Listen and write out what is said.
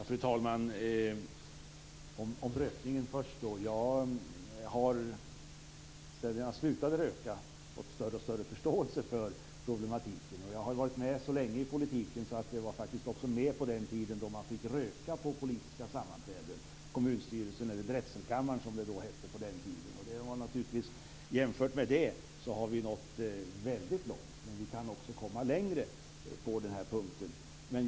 Fru talman! Först något om rökningen. Sedan jag slutade röka har jag fått större och större förståelse för denna problematik. Jag har varit med så länge i politiken att jag faktiskt också var med på den tiden då man fick röka på politiska sammanträden; på kommunstyrelsen eller drätselkammaren som det hette på den tiden. Jämfört med det har vi nått väldigt långt. Men vi kan också komma längre på den här punkten.